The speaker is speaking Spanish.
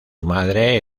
madre